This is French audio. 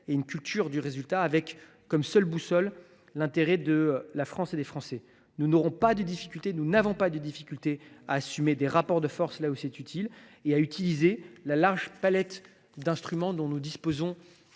et une culture du résultat », avec pour seule boussole l’intérêt de la France et des Français. Nous n’aurons, et nous n’avons, aucune difficulté à assumer des rapports de force là où c’est utile et à utiliser la large palette d’instruments dont nous disposons